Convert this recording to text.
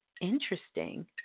Interesting